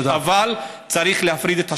אבל צריך להפריד את השר"מ.